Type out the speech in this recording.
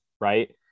right